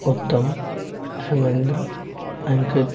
उत्तम धर्मेंद्र अंकित